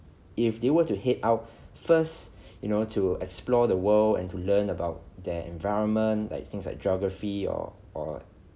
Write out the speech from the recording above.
if they were to head out first you know to explore the world and to learn about their environment like things like geography or or